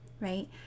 right